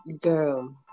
girl